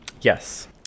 Yes